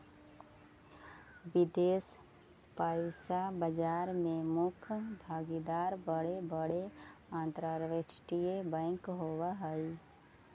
विदेश पइसा बाजार में मुख्य भागीदार बड़े बड़े अंतरराष्ट्रीय बैंक होवऽ हई